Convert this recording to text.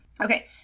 Okay